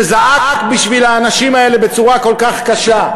שזעק בשביל האנשים האלה בצורה כל כך קשה: